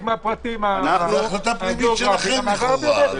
זו החלטה פנימית שלכם לכאורה.